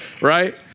right